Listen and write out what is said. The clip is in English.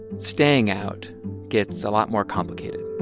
staying out gets a lot more complicated